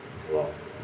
!wow!